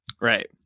Right